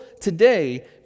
today